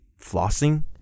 flossing